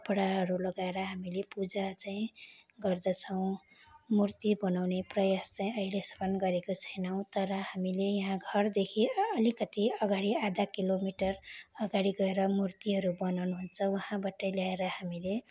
कपडाहहरू लगाएर हामीले पूजा चाहिँ गर्दछौँ मुर्ती बनाउने प्रयास चाहिँ अहिलेसम्म गरेको छैनौँ तर हामीले यहाँ घरदेखि अलिकति अगाडि आधा किलोमिटर अगाडि गएर मुर्तिहरू बनाउनु हुन्छ उहाँबाटै ल्याएर हामीले